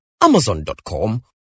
amazon.com